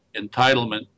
entitlement